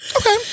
Okay